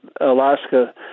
Alaska